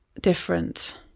different